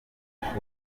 ishuri